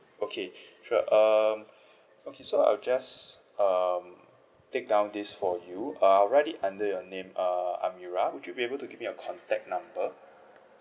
okay sure um okay so I will just um take down this for you uh I'll write it under your name uh amirah would you be able to give me your contact number